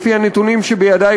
לפי הנתונים שבידי,